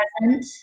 present